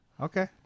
Okay